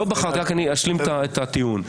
אני רק אשלים את הטיעון.